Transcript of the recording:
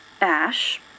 Ash